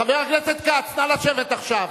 חבר הכנסת כץ, נא לשבת עכשיו.